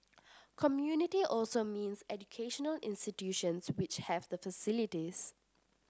community also means educational institutions which have the facilities